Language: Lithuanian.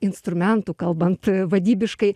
instrumentų kalbant vadybiškai